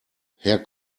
herr